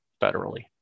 federally